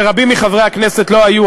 ורבים מחברי הכנסת לא היו,